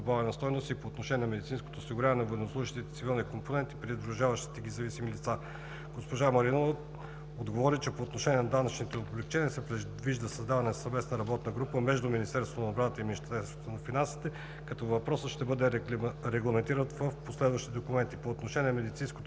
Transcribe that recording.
добавена стойност и по отношение на медицинското осигуряване на военнослужещите, цивилния компонент и придружаващите ги зависими лица. Госпожа Маринова отговори, че по отношение на данъчните облекчения се предвижда създаване на съвместна работна група между Министерството на отбраната и Министерството на финансите като въпросът ще бъде регламентиран в последващи документи. По отношение на медицинското